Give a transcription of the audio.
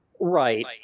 Right